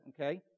Okay